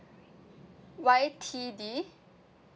Y T D